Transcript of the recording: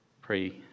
pray